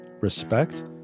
respect